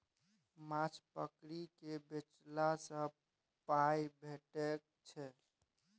माछ पकरि केँ बेचला सँ पाइ भेटै छै